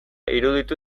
iruditu